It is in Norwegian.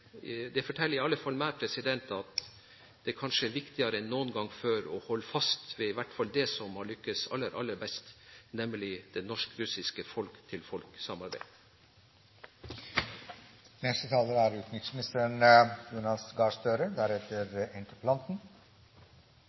Det forteller i alle fall meg at det kanskje er viktigere enn noen gang før å holde fast ved det man har lyktes aller, aller best med, nemlig det